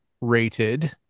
rated